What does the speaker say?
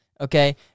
Okay